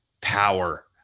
power